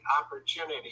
opportunity